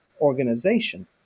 organization